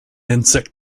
insect